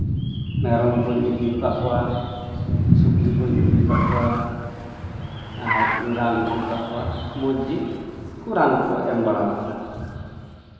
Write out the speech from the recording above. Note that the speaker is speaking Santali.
ᱢᱮᱨᱚᱢ ᱠᱚᱧ ᱤᱫᱤ ᱟᱠᱟᱫ ᱠᱚᱣᱟ ᱥᱩᱠᱨᱤ ᱠᱚᱧ ᱤᱫᱤ ᱟᱠᱟᱫ ᱠᱚᱣᱟ ᱟᱨ ᱨᱟᱱ ᱦᱚᱪᱚ ᱟᱠᱟᱫ ᱠᱚᱣᱟ ᱢᱚᱡᱽᱜᱮ ᱨᱟᱱ ᱠᱚ ᱮᱢ ᱵᱟᱲᱟᱣ ᱠᱟᱱᱟ